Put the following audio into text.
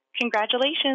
Congratulations